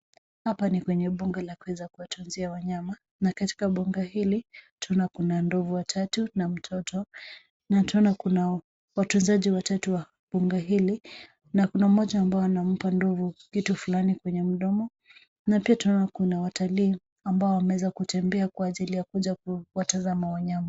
Hapa ni kwenye mbuga la kuweza kuwatunzia wanyama na katika mbuga hili tunaona kuna ndovu watatu na mtoto na tunaona kuna watunzaji watatu wa mbuga hili na mmoja ambao anampa ndovu kitu fulani kwenye mdomo na pia tunaona kuna watalii ambao wameweza kutembea kwa ajili ya kuja kuwatazama wanyama.